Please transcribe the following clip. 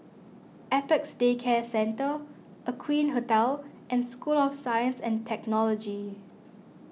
Apex Day Care Centre Aqueen Hotel and School of Science and Technology